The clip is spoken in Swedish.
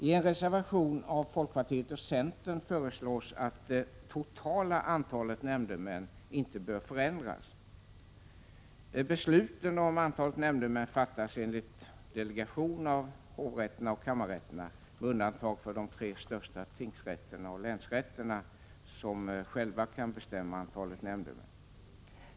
I en reservation av folkpartiet och centern föreslås att det totala antalet nämndemän inte bör förändras. Besluten om antalet nämndemän fattas enligt delegation av hovrätterna och kammarrätterna, med undantag för de tre största tingsrätterna och länsrätterna som själva kan bestämma antalet nämndemän.